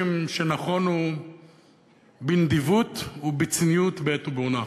שניחנו בנדיבות ובצניעות בעת ובעונה אחת.